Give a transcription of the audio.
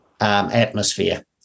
atmosphere